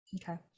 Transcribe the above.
Okay